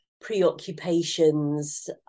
preoccupations